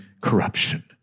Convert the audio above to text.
corruption